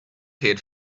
had